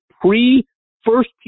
pre-first